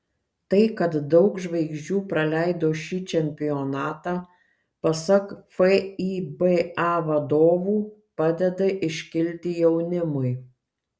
tai kad daug žvaigždžių praleido šį čempionatą pasak fiba vadovų padeda iškilti jaunimui